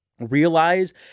realize